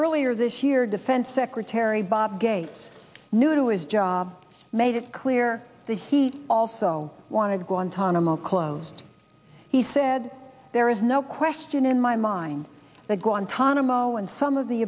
earlier this year defense secretary bob gates knew his job made it clear that he also wanted guantanamo closed he said there is no question in my mind that guantanamo and some of the